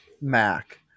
Mac